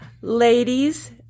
ladies